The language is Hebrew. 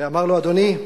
אדוני,